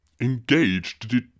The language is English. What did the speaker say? Engaged